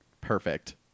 perfect